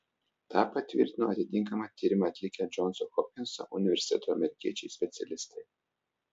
tą patvirtino atitinkamą tyrimą atlikę džonso hopkinso universiteto amerikiečiai specialistai